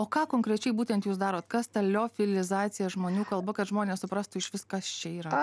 o ką konkrečiai būtent jūs darot kas ta liofilizacija žmonių kalba kad žmonės suprastų išvis kas čia yra